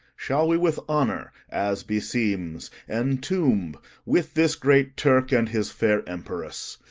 shall we with honour, as beseems, entomb with this great turk and his fair emperess.